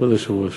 כבוד היושב-ראש.